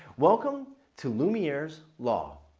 welcome to lumiere's law.